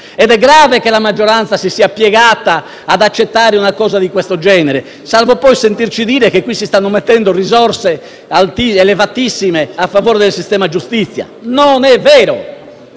È grave che la maggioranza si sia piegata ad accettare una cosa di questo genere, salvo poi sentirci dire che si stanno stanziando risorse ingenti a favore del sistema giustizia. Non è vero.